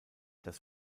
das